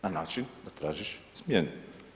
Na način da tražiš smjenu.